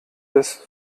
des